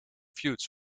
feuds